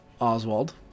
oswald